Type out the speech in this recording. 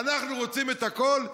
אנחנו רוצים את הכול,